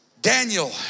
Daniel